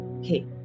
okay